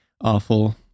awful